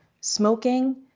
Smoking